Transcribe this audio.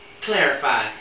clarify